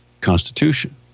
constitution